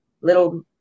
little